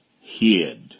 hid